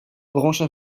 branches